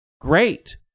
great